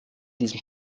diesem